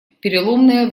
переломное